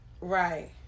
right